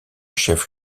chef